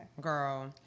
Girl